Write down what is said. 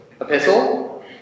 Epistle